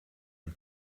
and